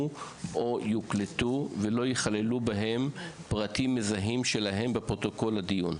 או יוקלטו ולא יכללו פרטים מזהים שלהם בפרוטוקול הדיון.